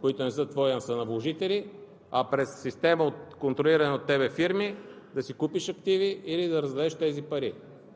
които не са твои, а са на вложители, а през система от контролирани от теб фирми да си купиш активи или да раздадеш тези пари.